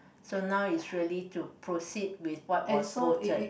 so now is really to proceed with what was voted